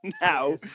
Now